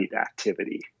activity